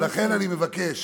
ולכן אני מבקש